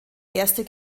erste